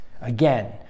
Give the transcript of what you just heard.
Again